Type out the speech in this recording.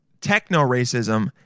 techno-racism